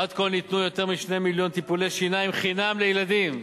עד כה ניתנו יותר מ-2 מיליון טיפולי שיניים חינם לילדים.